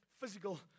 physical